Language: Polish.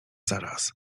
zaraz